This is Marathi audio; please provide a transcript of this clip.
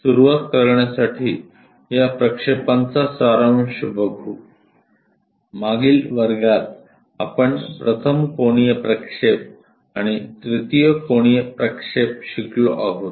सुरुवात करण्यासाठी या प्रक्षेपांचा सारांश बघु मागील वर्गात आपण प्रथम कोनीय प्रक्षेप आणि तृतीय कोनीय प्रक्षेप शिकलो आहोत